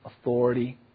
authority